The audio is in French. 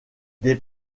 des